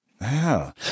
Wow